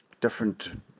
different